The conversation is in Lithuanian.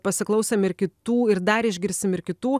pasiklausėm ir kitų ir dar išgirsim ir kitų